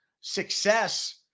success